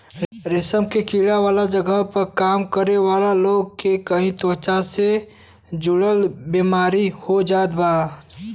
रेशम के कीड़ा वाला जगही पे काम करे वाला लोग के भी त्वचा से जुड़ल बेमारी हो जात बा